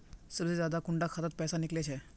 सबसे ज्यादा कुंडा खाता त पैसा निकले छे?